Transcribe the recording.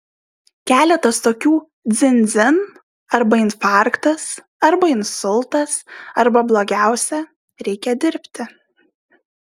keletas tokių dzin dzin arba infarktas arba insultas arba blogiausia reikia dirbti